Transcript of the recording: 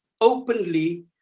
openly